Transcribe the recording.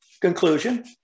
conclusion